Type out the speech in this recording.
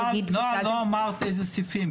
אמרת איזה סעיפים.